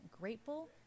grateful